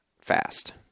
fast